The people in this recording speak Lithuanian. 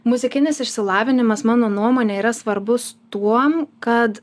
muzikinis išsilavinimas mano nuomone yra svarbus tuom kad